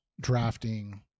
drafting